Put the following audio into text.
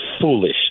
foolish